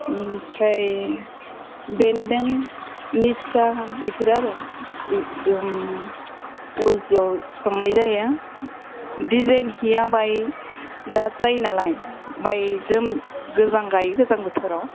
ओमफ्राय बेन्दों निस्था बेफोर आरो उलजियाव सुखांनाय जायो दिजेन हिया बाय दाद जायो नालाय बाय जोम गोजां गायो गोजां बोथोराव